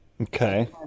Okay